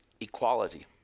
equality